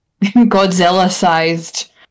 Godzilla-sized